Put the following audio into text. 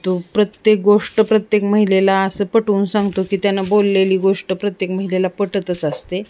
तो प्रत्येक गोष्ट प्रत्येक महिलेला असं पटवून सांगतो की त्यांना बोललेली गोष्ट प्रत्येक महिलेला पटतच असते